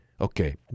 okay